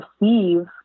receive